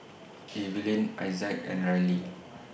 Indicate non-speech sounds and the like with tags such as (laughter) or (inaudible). (noise) Eveline Isaak and Rylie